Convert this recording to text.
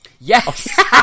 Yes